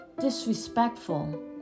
disrespectful